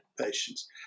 patients